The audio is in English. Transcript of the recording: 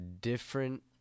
different